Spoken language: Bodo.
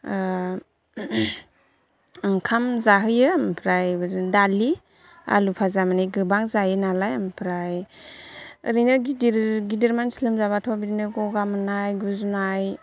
ओंखाम जाहोयो ओमफ्राय बिदिनो दालि आलु पाजा माने गोबां जायो नालाय ओमफ्राय ओरैनो गिदिर गिदिर मानसि लोमजाबाथ' बिदिनो गगा मोननाय गुजुनाय